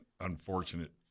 unfortunate